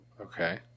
Okay